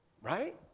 Right